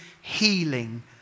healing